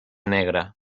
negra